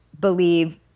believe